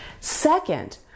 Second